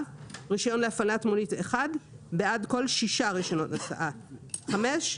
רישיון להפעלת מונית אחד בעד כל חמישה רישיונות נסיעה מרישיון